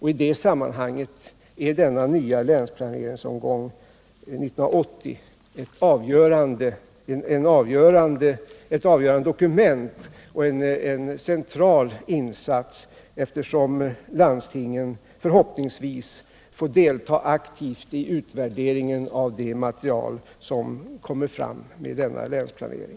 I det sammanhanget är denna nya länsplaneringsomgång 1980 ett avgörande dokument och en central insats, eftersom landstingen förhoppningsvis får delta aktivt i utvärderingen av det material, som kommer fram med denna länsplanering.